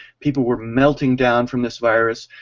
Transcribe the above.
people were melting down from this virus.